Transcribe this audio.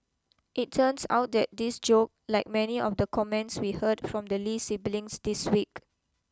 it turns out that this joke like many of the comments we heard from the Lee siblings this week